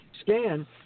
scan